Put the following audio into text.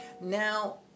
now